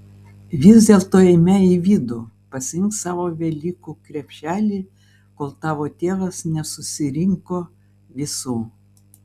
vis dėlto eime į vidų pasiimk savo velykų krepšelį kol tavo tėvas nesusirinko visų